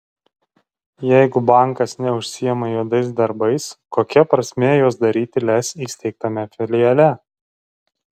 jeigu bankas neužsiima juodais darbais kokia prasmė juos daryti lez įsteigtame filiale